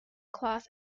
class